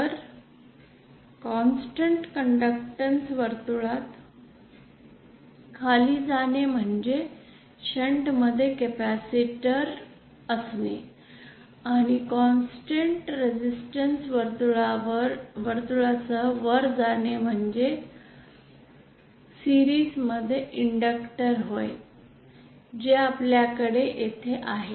तर constant conductance वर्तुळात खाली जाणे म्हणजे शंट मध्ये कॅपेसिटर असणे आणि कॉन्स्टन्ट रेसिस्टन्स वर्तुळासह वर जाणे म्हणजे मालिकेतील एक इंडक्टर होय जे आपल्याकडे येथे आहे